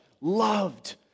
loved